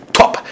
top